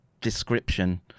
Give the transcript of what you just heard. description